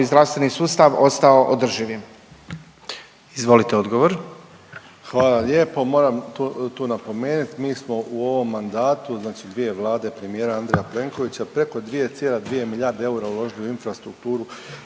Izvolite odgovor. **Dulibić, Tomislav (HDZ)** Hvala lijepo. Moram tu napomenuti mi smo u ovom mandatu znači dvije Vlade premijera Andreja Plenkovića, preko 2,2 milijarde eura uložili u infrastrukturu